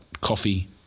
coffee